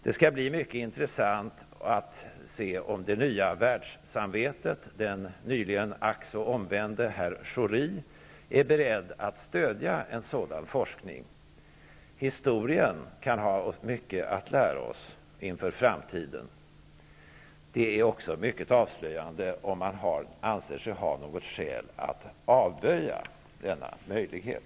Det skall bli mycket intressant att se om det nya världssamvetet, den nyligen ack så omvände herr Schori, är beredd att stödja en sådan forskning. Historien kan ha mycket att lära oss inför framtiden. Det är också mycket avslöjande om man anser sig ha något skäl att avböja denna möjlighet.